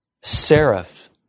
seraph